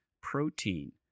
protein